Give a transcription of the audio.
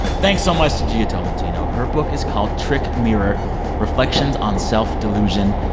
thanks so much to jia tolentino. her book is called trick mirror reflections on self-delusion.